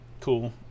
Cool